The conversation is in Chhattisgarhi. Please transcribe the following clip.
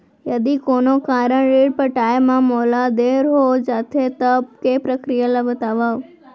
यदि कोनो कारन ले ऋण पटाय मा मोला देर हो जाथे, तब के प्रक्रिया ला बतावव